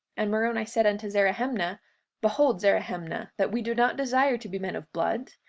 and moroni said unto zerahemnah behold, zerahemnah, that we do not desire to be men of blood.